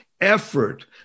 effort